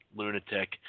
lunatic –